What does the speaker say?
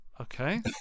Okay